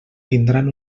tindran